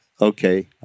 okay